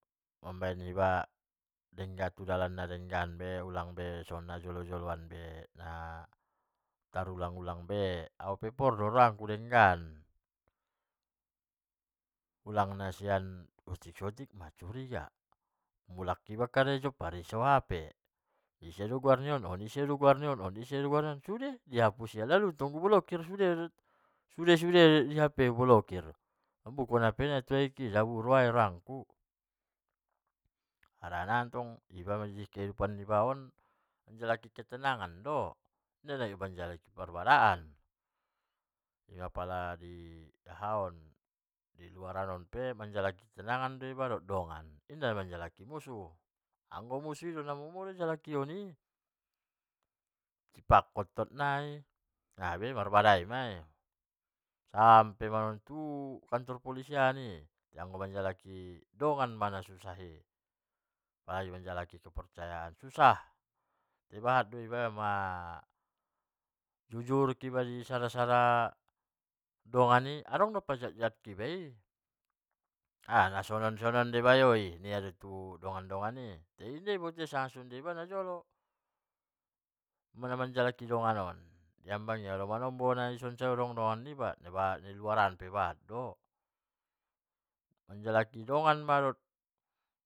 Mambaen iba tu dalan na denggan iba ulang be songon najolo-joloan be, ulang tarulang-ulang be au pe pordorahakku na denggan, ulang saoti-oti macuriga, mulak iba karejo pareso hp, on ise de guar nion isede on lalu sude tong di hapus ia, lalu sude tong u blokir sude ublokir na di hp i, ambukkon hp i tu aek i dabu roakku lalu, harana tong iba kehidupan niba on manjalaki ketenangan do, inda manjalaki parbadaan di luar on pe manjalaki ketenangan o iba dohot dongan nda manjalaki musuh, anggo musuh na momo do jalakion i, isispakkon tot nai, yado marbadai mai sampe tu kantor polisi an i, manjalaki dongan ma nasusah i, apalagi manjalakin kepercayaan susah, apalagi ma jujur iba tu sada-sada dongan i adong do paat iba i, nasongon songonon do bayo i nia do tu bayo i i, tai nda boto ia iba sanga songon dia najolo namanjalaki dongan on di ambang ia do, dongan pe di luar an nabahat do, manjalaki dongan ma dohot.